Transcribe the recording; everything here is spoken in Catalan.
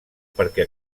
perquè